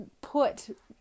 put